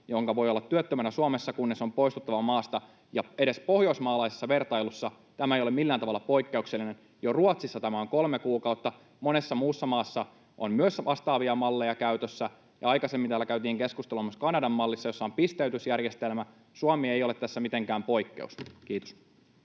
minkä voi olla työttömänä Suomessa, kunnes on poistuttava maasta. Edes pohjoismaalaisessa vertailussa tämä ei ole millään tavalla poikkeuksellinen. Jo Ruotsissa tämä on kolme kuukautta, monessa muussa maassa on myös vastaavia malleja käytössä. Aikaisemmin täällä käytiin keskustelua myös Kanadan mallista, jossa on pisteytysjärjestelmä. Suomi ei ole tässä mitenkään poikkeus. — Kiitos.